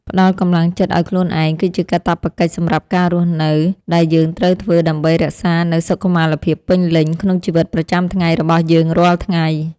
ផ្ដល់កម្លាំងចិត្តឱ្យខ្លួនឯងគឺជាកាតព្វកិច្ចសម្រាប់ការរស់នៅដែលយើងត្រូវធ្វើដើម្បីរក្សានូវសុខុមាលភាពពេញលេញក្នុងជីវិតប្រចាំថ្ងៃរបស់យើងរាល់ថ្ងៃ។